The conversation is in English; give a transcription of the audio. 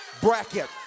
bracket